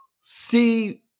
see